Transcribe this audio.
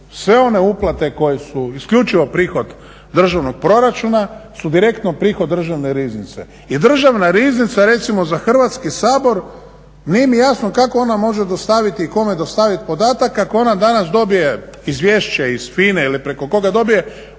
Sve one uplate koje su isključivo prihod državnog proračuna su direktno prihod državne riznice i državna riznica recimo za Hrvatski sabor nije mi jasno kako ona može dostaviti i kome dostavit podatak ako ona danas dobije izvješće iz FINA-e ili preko koga dobije,